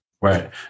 right